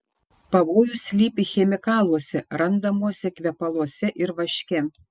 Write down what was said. pavojus slypi chemikaluose randamuose kvepaluose ir vaške